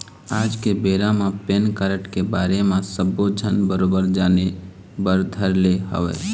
आज के बेरा म पेन कारड के बारे म सब्बो झन बरोबर जाने बर धर ले हवय